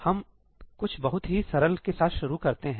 हम कुछ बहुत ही सरल के साथ शुरू करते हैं